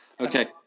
Okay